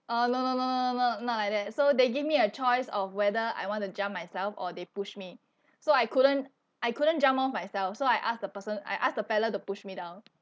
aa no no no no no not like that so they give me a choice of whether I want to jump myself or they push me so I couldn't I couldn't jump off myself so I ask the person I ask the fella to push me down